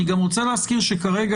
אני גם רוצה להזכיר שכרגע,